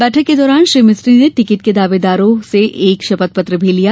बैठक के दौरान श्री मिस्त्री ने टिकट के दावेदारों से एक शपथपत्र भी लिया